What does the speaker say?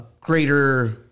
greater